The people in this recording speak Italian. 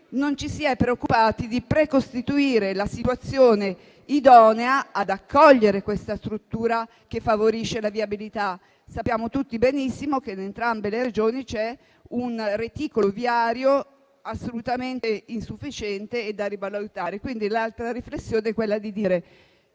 non ci si sia preoccupati di precostituire una situazione idonea ad accogliere questa struttura, che favorisce la viabilità. Sappiamo tutti benissimo che in entrambe le Regioni c'è un reticolo viario assolutamente insufficiente e da rivalutare. L'altra riflessione da fare